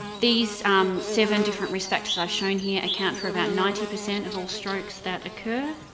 these seven different risk factors i've shown here account for about ninety percent of all strokes that occur,